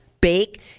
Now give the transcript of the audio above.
bake